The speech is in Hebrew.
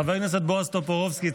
חבר הכנסת בועז טופורובסקי,